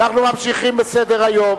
אנחנו ממשיכים בסדר-היום.